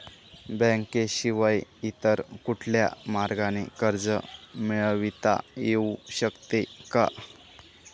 बँकेशिवाय इतर कुठल्या मार्गाने कर्ज मिळविता येऊ शकते का?